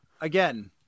Again